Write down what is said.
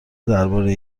درباره